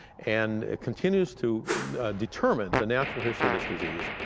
and ah continues to determine the natural history of this disease,